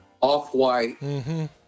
off-white